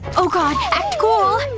oh god, act cool,